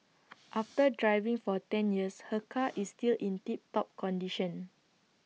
after driving for ten years her car is still in tip top condition